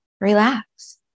relax